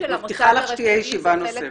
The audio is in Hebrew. מבטיחה של שתהיה ישיבה נוספת.